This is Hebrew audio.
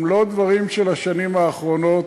הם לא דברים של השנים האחרונות.